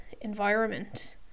environment